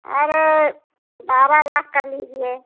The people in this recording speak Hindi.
अरे बारह लाख कर लीजिए